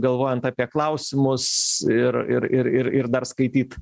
galvojant apie klausimus ir ir ir ir ir dar skaityt